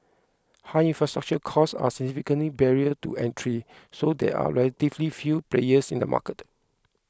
high infrastructure costs are significant barrier to entry so there are relatively few players in the market